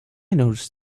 noticed